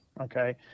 okay